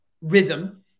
rhythm